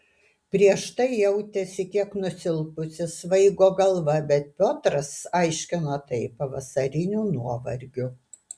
prieš tai jautėsi kiek nusilpusi svaigo galva bet piotras aiškino tai pavasariniu nuovargiu